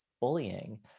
bullying